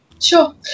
Sure